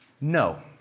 No